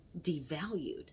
devalued